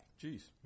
Jeez